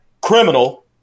criminal